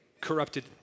corrupted